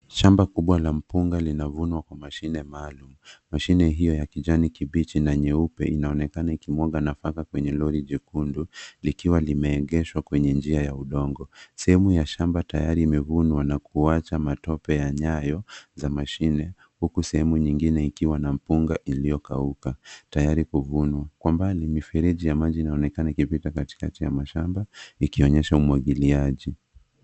Shamba kubwa la mpunga linavunwa kwa mashine maalum. Mashine hiyo ya kijani kibichi na nyeupe inaonekana ikimwaga nafaka kwenye lori jekundu likiwa limeegeshwa kwenye njia ya udongo. Sehemu ya shamba tayari imevunwa na kuacha matope ya nyayo za mashine huku sehemu nyingine ikiwa na mpunga iliyokauka tayari kuvunwa. Kwa mbali mifereji ya maji inaonekana likipita katikati ya mashamba ikionyesha umwangiliaji.